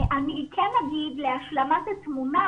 אני כן אגיד להשלמת התמונה,